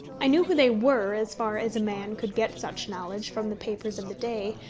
i knew who they were as far as a man could get such knowledge from the papers of the day,